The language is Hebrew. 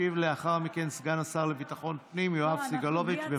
ישיב לאחר מכן סגן השר לביטחון פנים יואב סגלוביץ'.